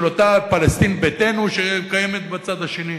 של אותה "פלסטין ביתנו" שקיימת בצד השני?